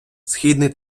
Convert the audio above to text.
східний